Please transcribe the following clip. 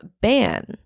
ban